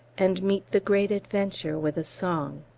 and meet the great adventure with a song.